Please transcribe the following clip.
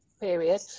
period